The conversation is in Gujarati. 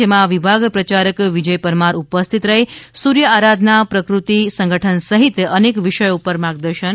જેમાં વિભાગ પ્રચારક વિજય પરમાર ઉપસ્થિત રહી સૂર્ય આરાધના પ્રદૃતિ સંગઠન સહિત અનેક વિષયો પર માર્ગદર્શન આપયું હતું